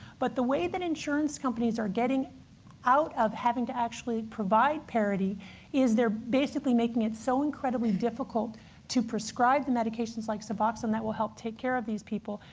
but the way that insurance companies are getting out of having to actually provide parity is they're basically making it so incredibly difficult to prescribe the medications likes suboxone that will help take care of these people,